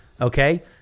Okay